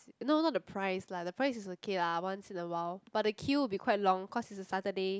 no not the price lah the price is okay lah once in a while but the queue will be quite long cause it's Saturday